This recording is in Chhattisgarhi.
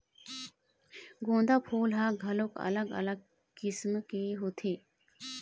गोंदा फूल ह घलोक अलग अलग किसम के होथे